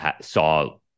saw